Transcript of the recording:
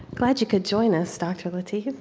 glad you could join us dr. lateef.